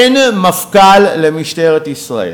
אין מפכ"ל למשטרת ישראל,